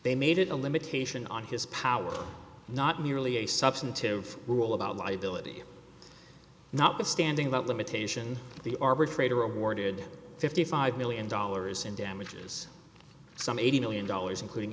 they made it a limitation on his powers not merely a substantive rule about liability notwithstanding that limitation the arbitrator awarded fifty five million dollars in damages some eighty million dollars including